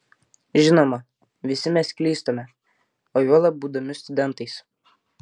žinoma visi mes klystame o juolab būdami studentais